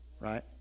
right